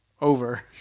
over